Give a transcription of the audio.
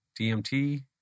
DMT